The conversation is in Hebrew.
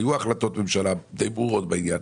היו החלטות ממשלה די ברורות בעניין.